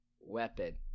weapon